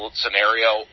scenario